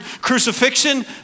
crucifixion